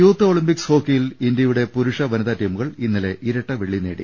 youth Olympics ഹോക്കിയിൽ ഇന്ത്യയുടെ പൂരുഷ വനിതാ ടീമുകൾ ഇന്നലെ ഇരട്ട വെള്ളി നേടി